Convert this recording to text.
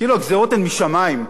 כאילו הגזירות הן משמים,